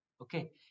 Okay